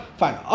fine